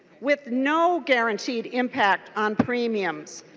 with no guaranteed impact on premiums.